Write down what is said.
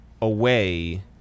away